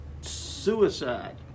suicide